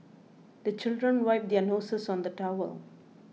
the children wipe their noses on the towel